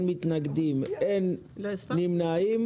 הצבעה הסעיף אושר.